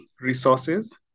resources